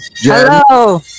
Hello